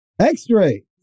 X-Ray